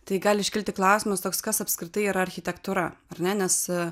tai gali iškilti klausimas toks kas apskritai yra architektūra ar ne nes